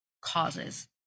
causes